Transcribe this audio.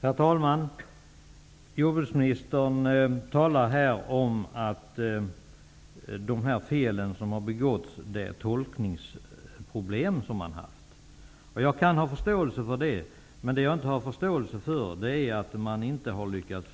Herr talman! Jordbruksministern talar här om att de fel som har begåtts har berott på tolkningsproblem som man har haft. Jag kan ha förståelse för detta, men det jag inte har förståelse för är att man inte har lyckats